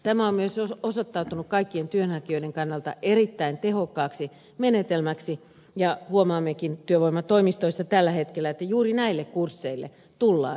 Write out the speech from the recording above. tämä on myös osoittautunut kaikkien työnhakijoiden kannalta erittäin tehokkaaksi menetelmäksi ja huomaammekin työvoimatoimistoissa tällä hetkellä että juuri näille kursseille tullaan paljon aktiivisemmin